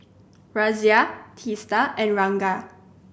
Razia Teesta and Ranga